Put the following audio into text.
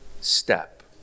step